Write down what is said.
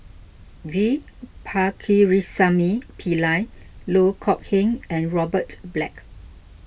V Pakirisamy Pillai Loh Kok Heng and Robert Black